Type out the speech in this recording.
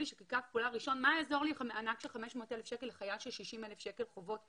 מה יעזור לי מענק של 500 שקל לחייל עם 60,000 חובות?